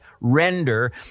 render